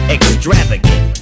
Extravagant